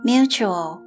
Mutual